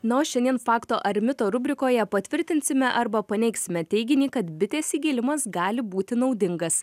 na o šiandien fakto ar mito rubrikoje patvirtinsime arba paneigsime teiginį kad bitės įgėlimas gali būti naudingas